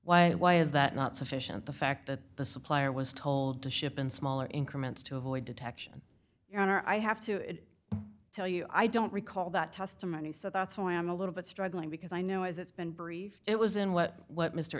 it why is that not sufficient the fact that the supplier was told to shippen smaller increments to avoid detection your on our i have to tell you i don't recall that testimony so that's who i am a little but struggling because i know as it's been brief it was in what what mr